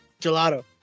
Gelato